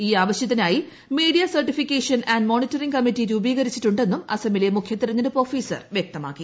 ഈ ആവശ്യത്തിനായി media certification and monitoring committee രൂപീകരിച്ചിട്ടുണ്ടെന്നും അസമിലെ മുഖ്യ തെരഞ്ഞെടുപ്പ് ഓഫീസർ വ്യക്തമാക്കി